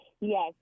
Yes